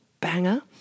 banger